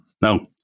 No